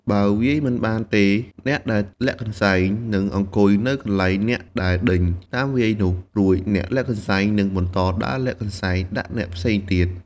បើវាយមិនបានទេ អ្នកដែលលាក់កន្សែងនឹងអង្គុយនៅកន្លែងអ្នកដែលដេញតាមវាយនោះ រួចអ្នកលាក់កន្សែងនឹងបន្តដើរលាក់កន្សែងដាក់អ្នកផ្សេងទៀត។